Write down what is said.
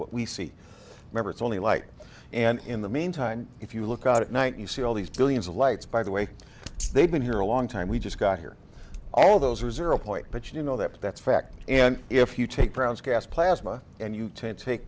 what we see remember it's only light and in the meantime if you look out at night you see all these billions of lights by the way they've been here a long time we just got here all those are zero point but you know that that's fact and if you take brown's gas plasma and you t